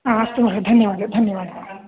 हा अस्तु महान् धन्यवादः धन्यवादः